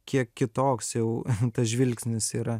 kiek kitoks jau tas žvilgsnis yra